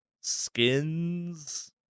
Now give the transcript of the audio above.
Skins